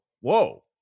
whoa